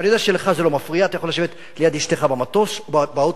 ואני יודע שלך זה לא מפריע אתה יכול לשבת ליד אשתך במטוס או באוטובוס.